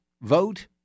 vote